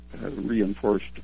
reinforced